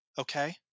okay